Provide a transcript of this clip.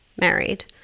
married